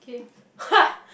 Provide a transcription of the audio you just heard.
okay